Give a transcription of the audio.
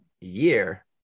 year